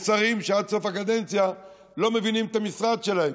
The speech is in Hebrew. יש שרים שעד סוף הקדנציה לא מבינים את המשרד שלהם,